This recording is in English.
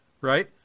right